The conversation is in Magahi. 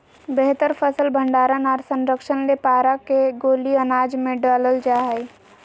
बेहतर फसल भंडारण आर संरक्षण ले पारा के गोली अनाज मे डालल जा हय